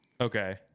Okay